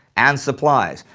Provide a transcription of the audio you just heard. and supplies,